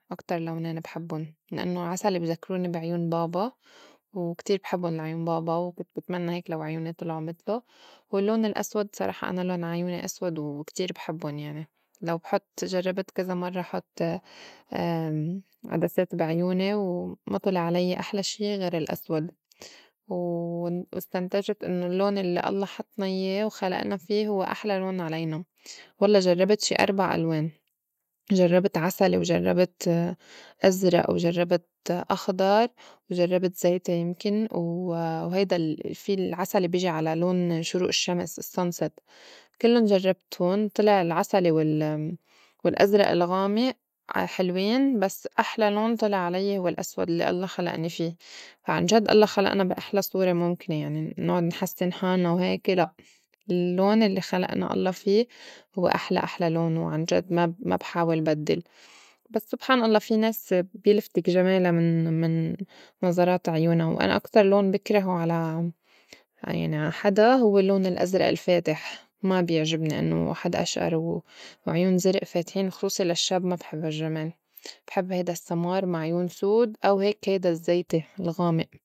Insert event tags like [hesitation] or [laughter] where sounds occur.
أكتر لونين بحبُّن لأنّو عسلي بيزكروني بعيون بابا وكتير بحبّون لعيون بابا وكنت بتمنّى هيك لو عيوني طلعو متلو، واللّون الأسود صراحة أنا لون عيوني أسود وكتير بحبّن يعني لو بحط جرّبت كزا مرّة حط [hesitation] عدسات بي عيوني وما طلع علي أحلى شي غير الأسود، [noise] واستنتجت إنّو اللّون اللّي الله حطنا إياه وخلئنا في هوّ حلى لون علينا [noise] والله جرّبت شي أربع ألوان [noise] جرّبت عسلي، وجرّبت [hesitation] أزرئ، وجرّبت أخضر، وجرّبت زيتي يمكن، وهيدا الفي العسلي الّي بيجي على لون شروء الشّمس sunset كلُّن جرّبتُن طلع العسلي وال- [hesitation] والأزرء الغامئ حلوين، بس أحلى لون طلع علي هو الأسود الّي الله خلئني في عنجد الله خلئنا بي أحلى صورة مُمكني يعني نُعّد نحسّن حالنا وهيكي لاء اللّون الّي خلئنا الله في هوّ أحلى أحلى لون وعنجد ما- ب- ما- بحاول بدّل، بس سبحان الله في ناس بيلفتك جمالا من- من نظرات عيونا، وأنا أكتر لون بكرهو على يعني عا حدا هوّ اللّون الأزرء الفاتح ما بيعجبني إنّو حدا أشئر وعيون زرء فاتحين خصوصي للشّب ما بحب هالجمال، [noise] بحب هيدا السّمار مع عيون سود أو هيك هيدا الزّيتي الغامئ.